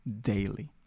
daily